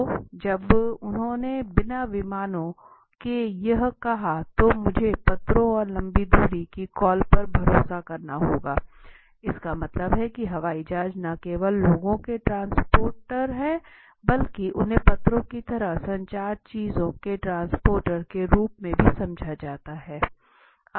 तो जब उन्होंने बिना विमानों के यह कहा तो मुझे पत्रों और लंबी दूरी की कॉलों पर भरोसा करना होगा इसका मतलब है कि हवाई जहाज न केवल लोगों के ट्रांसपोर्टर हैं बल्कि उन्हें पत्रों की तरह संचार चीजों के ट्रांसपोर्टर के रूप में भी समझा जाता है